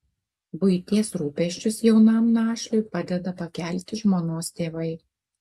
buities rūpesčius jaunam našliui padeda pakelti žmonos tėvai